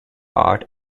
art